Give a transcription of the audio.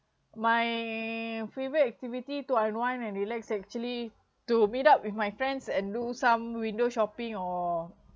my favourite activity to unwind and relax actually to meet up with my friends and do some window shopping or